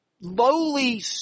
lowly